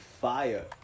fire